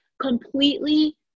completely